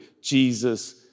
Jesus